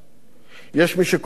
יש מי שקובע באמת,